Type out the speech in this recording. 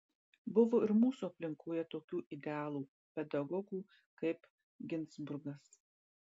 buvo ir mūsų aplinkoje tokių idealų pedagogų kaip ginzburgas